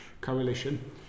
coalition